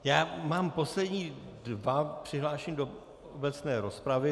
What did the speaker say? Já mám poslední dva přihlášené do obecné rozpravy.